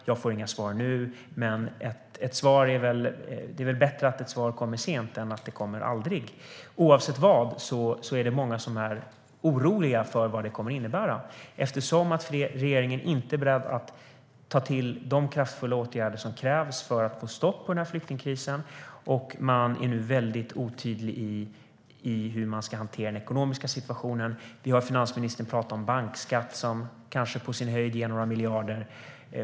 Jag får inga svar nu. Men det är väl bättre att ett svar kommer sent än att det aldrig kommer. Oavsett vad är det många som är oroliga för vad det kommer att innebära, eftersom regeringen inte är beredd att ta till de kraftfulla åtgärder som krävs för att få stopp på flyktingkrisen och man nu är mycket otydlig med hur man ska hantera den ekonomiska situationen. Vi hör finansministern prata om bankskatt, som på sin höjd ger några miljarder.